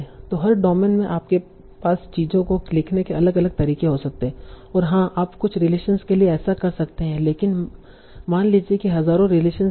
तो हर डोमेन में आपके पास चीजों को लिखने के अलग अलग तरीके हो सकते हैं और हाँ आप कुछ रिलेशनस के लिए ऐसा कर सकते हैं लेकिन मान लीजिए कि हजारों रिलेशनस हैं